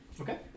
Okay